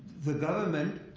the government,